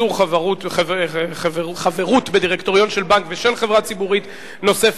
איסור חברות בדירקטוריון של בנק ושל חברה ציבורית נוספת),